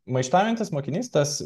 maištaujantis mokinys tas